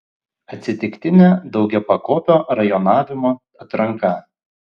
atsitiktinė daugiapakopio rajonavimo atranka